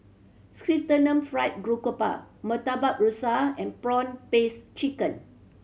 Chrysanthemum Fried Garoupa Murtabak Rusa and prawn paste chicken